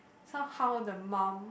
somehow the mum